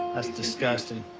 s disgusting!